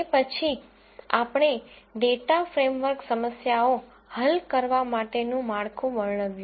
તે પછી આપણે ડેટા ફ્રેમવર્ક સમસ્યાઓ હલ કરવા માટેનું માળખું વર્ણવ્યું